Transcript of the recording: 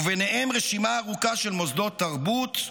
וביניהם "רשימה ארוכה של מוסדות תרבות,